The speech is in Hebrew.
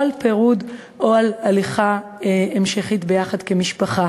או על פירוד או על הליכה המשכית יחד, כמשפחה,